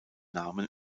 namen